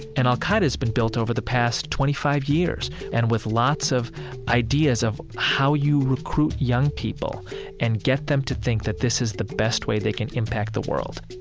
and al-qaeda's been built over the past twenty five years and with lots of ideas of how you recruit young people and get them to think that this is the best way they can impact the world